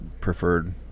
preferred